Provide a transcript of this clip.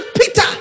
Peter